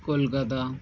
Kolkata